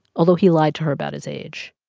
although he lied to her about his age.